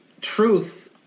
truth